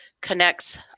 connects